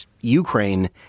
Ukraine